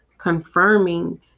confirming